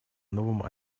новым